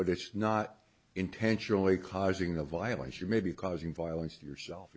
but it's not intentionally causing the violence you may be causing violence yourself